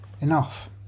Enough